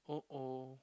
oh oh